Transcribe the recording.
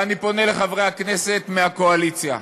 ואני פונה לחברי הכנסת מהקואליציה,